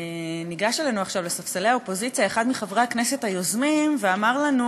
ניגש אלינו עכשיו לספסלי האופוזיציה אחד מחברי הכנסת היוזמים ואמר לנו,